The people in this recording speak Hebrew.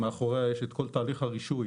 שמאחוריה יש את כל תהליך הרישוי